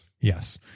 Yes